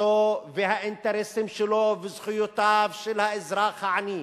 וכיסו והאינטרסים שלו, וזכויותיו של האזרח העני,